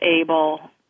able